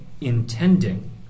intending